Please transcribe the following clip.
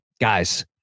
guys